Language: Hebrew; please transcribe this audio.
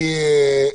יעקב,